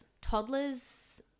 toddlers